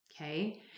okay